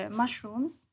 mushrooms